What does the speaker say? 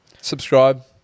Subscribe